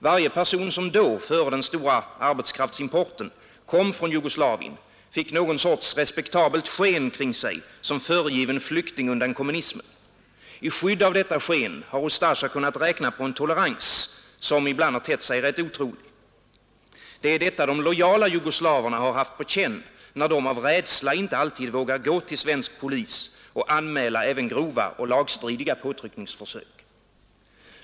Varje person som före den stora arbetskraftsimporten kom från Jugoslavien fick någon sorts respektabelt sken kring sig som föregiven flykting undan kommunismen. I skydd av detta sken har Ustasja kunnat räkna på en tolerans, som ibland ter sig ganska otrolig. Det är detta de lojala jugoslaverna haft på känn, när de av rädsla inte alltid vågar gå till svensk polis och anmäla även grova och lagstridiga påtryckningsförsök.